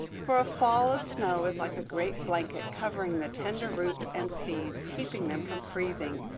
for a fall of snow is like a great blanket, covering the tender roots and seeds, keeping them from freezing,